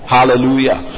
Hallelujah